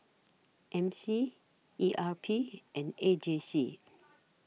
M C E R P and A J C